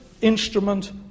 instrument